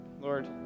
Lord